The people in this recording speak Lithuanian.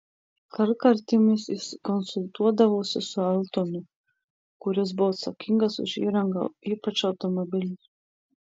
kartkartėmis jis konsultuodavosi su eltonu kuris buvo atsakingas už įrangą ypač automobilius